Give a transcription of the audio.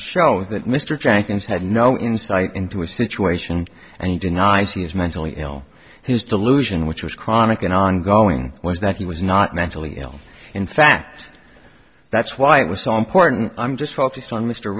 jenkins had no insight into his situation and he denies he is mentally ill his delusion which was chronic and ongoing was that he was not mentally ill in fact that's why it was so important i'm just focused on mr